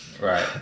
Right